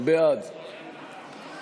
הם לא יכלו לדבר בכלל אחד עם השני.